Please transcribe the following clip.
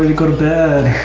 go to bed.